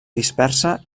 dispersa